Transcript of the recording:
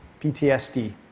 PTSD